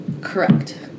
Correct